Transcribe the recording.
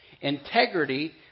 Integrity